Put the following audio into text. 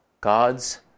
God's